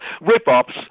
Rip-offs